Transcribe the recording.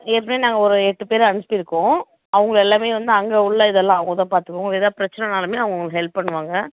ஏற்கனவே நாங்கள் ஒரு எட்டு பேர் அனுப்பி இருக்கோம் அவங்கள எல்லாமே வந்து அங்கே உள்ள இதெல்லாம் அவங்க தான் பார்த்துக்கணும் உங்களுக்கு எதா பிரச்சனனாலுமே அவங்க உங்களுக்கு ஹெல்ப் பண்ணுவாங்க